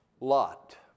Lot